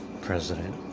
president